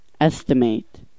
Estimate